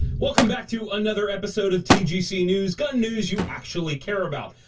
welcome back to another episode of tgc news, gun news you actually care about,